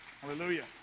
Hallelujah